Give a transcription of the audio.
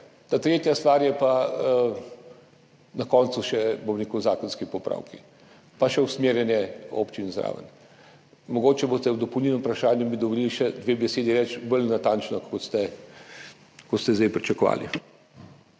da. Tretja stvar so pa na koncu še zakonski popravki, pa še usmerjanje občin zraven. Mogoče mi boste v dopolnilnem vprašanju dovolili še dve besedi reči bolj natančno, kot ste zdaj pričakovali.